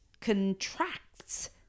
contracts